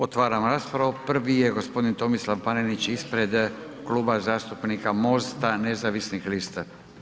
Otvara raspravu, prvi je g. Tomislav Panenić ispred Kluba zastupnika MOST-a nezavisnih lista.